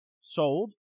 sold